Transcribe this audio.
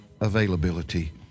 availability